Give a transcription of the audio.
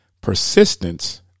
Persistence